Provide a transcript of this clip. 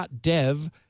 .dev